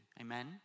amen